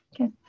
okay